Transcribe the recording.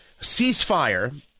ceasefire –